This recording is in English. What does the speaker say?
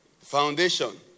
foundation